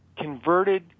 converted